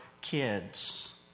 kids